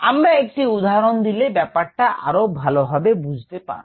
আমরা একটি উদাহরণ দিলে ব্যাপারটা আরো ভালো বুঝতে পারব